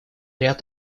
ряд